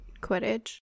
Quidditch